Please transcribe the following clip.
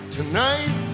Tonight